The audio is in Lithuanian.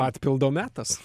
atpildo metas